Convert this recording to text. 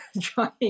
trying